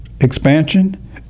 expansion